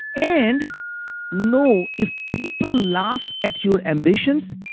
and know if people laugh at your ambitions,